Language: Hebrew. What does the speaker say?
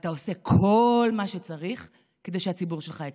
ואתה עושה כל מה שצריך כדי שהציבור שלך יקבל.